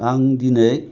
आं दिनै